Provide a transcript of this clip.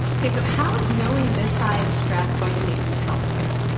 okay, so how is knowing this side of stress going to make you healthier?